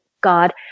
God